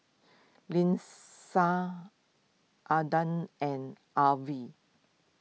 Lynsey Adah and Arvel